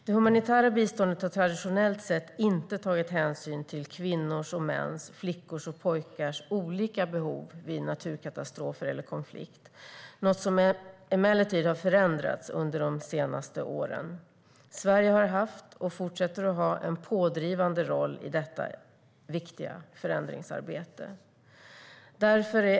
Det humanitära biståndet har traditionellt sett inte tagit hänsyn till kvinnors och mäns, flickors och pojkars olika behov vid naturkatastrofer eller konflikter. Det har emellertid förändrats under de senaste åren. Sverige har haft, och fortsätter att ha, en pådrivande roll i detta viktiga förändringsarbete.